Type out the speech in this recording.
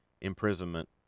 imprisonment